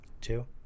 Two